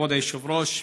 כבוד היושב-ראש,